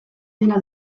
dela